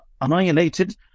annihilated